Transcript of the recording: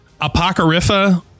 Apocrypha